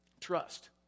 Trust